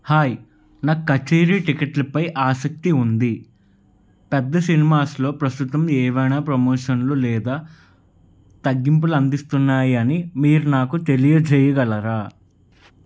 hi నాకు కచేరీ టికెట్లపై ఆసక్తి ఉంది పెద్ద సినిమాస్లో ప్రస్తుతం ఏవైనా ప్రమోషన్లు లేదా తగ్గింపులు అందిస్తున్నాయా అని మీరు నాకు తెలియజేయగలరా